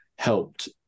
helped